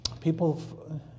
people